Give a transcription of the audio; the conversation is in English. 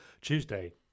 Tuesday